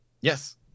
Yes